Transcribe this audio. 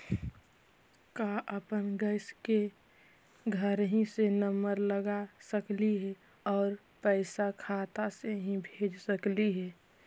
का अपन गैस के घरही से नम्बर लगा सकली हे और पैसा खाता से ही भेज सकली हे?